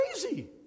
crazy